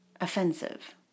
offensive